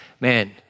Man